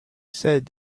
said